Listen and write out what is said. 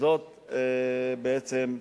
זאת בעצם,